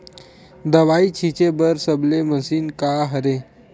दवाई छिंचे बर सबले मशीन का हरे?